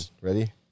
ready